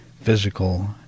physical